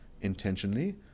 intentionally